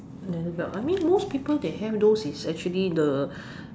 leather bag I mean most people they have those is actually the